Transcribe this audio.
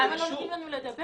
למה לא נותנים לנו לדבר?